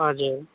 हजुर